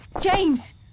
James